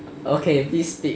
okay please speak